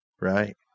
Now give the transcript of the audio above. Right